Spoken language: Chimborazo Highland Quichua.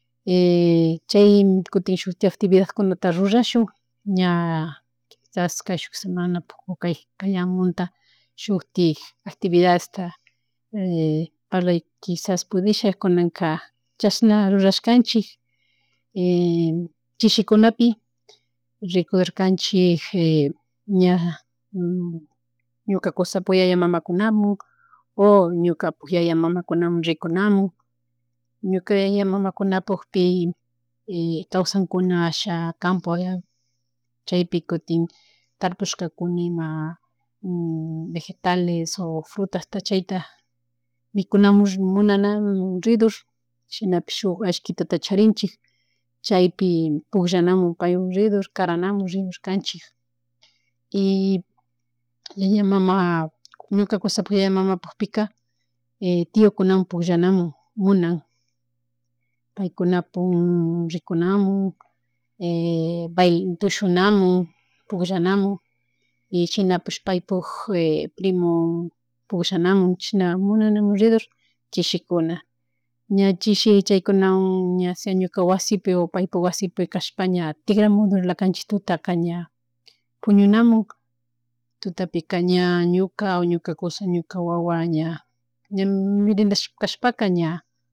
Chay kutin shutik actividadkunata rurashun ña kishas kashuk semanapuk o kay, kayamunta shuktik actividadesta parla kishas pudisha kunaka chashna rurashkanchik chishikunapi rikudurkanchik, ña ñuka kushapu yaya, mamakunamun o ñukapuk yaya, mamakunamun rikunamun ñuka yaya, mamakunapukpi kawsankuna asha campo, chaypi kutin tarpushkakuna ima vegetales, o frutasta chayta mikunamun ridur, shinapish shuk ashkituta charinchik chaypi pullanamun paywan ridur karanamun ridurkanchich y yaya mana ñuka kushapak yaya, mamapukpika tiokunawan pukllanamun munan, paykunapuk rikunamun, tushunamun pullanamun, y shinapish paypuk primo, pullanamun chishna munanamun ridur chishikuna ña chishi chaykunawa ña sea ñuka wasipi o paypuk wasipi kashpa ña tigramudurlakanchik tutaka ña puñunamun tutapika ña ñuka, o ñuka kusha, ñuka wawa ña, ña merendeshkashpaka ña